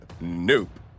Nope